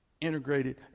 integrated